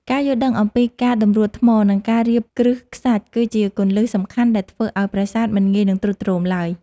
ការយល់ដឹងអំពីការតម្រួតថ្ម និង ការរៀបគ្រឹះខ្សាច់គឺជាគន្លឹះសំខាន់ដែលធ្វើឱ្យប្រាសាទមិនងាយនឹងទ្រុឌទ្រោមឡើយ។